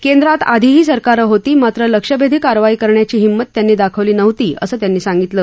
केंद्रात आधीही सरकारं होती मात्र लक्ष्यभेदी कारवाई करण्याची हिम्मत त्यांनी दाखवली नव्हती असं त्यांनी सांगितलं